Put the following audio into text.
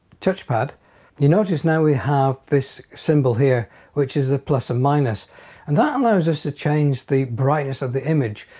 touchpad you notice now we have this symbol here which is the plus and minus and that allows us to change the brightness of the image.